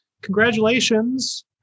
congratulations